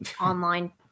online